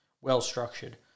well-structured